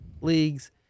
leagues